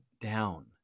down